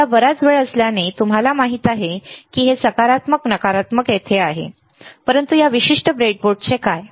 आता बराच वेळ असल्याने तुम्हाला माहित आहे हे सकारात्मक नकारात्मक येथे आहे परंतु या विशिष्ट ब्रेडबोर्डचे काय